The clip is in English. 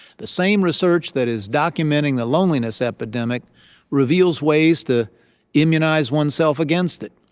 the same research that is documenting the loneliness epidemic reveals ways to immunize oneself against it.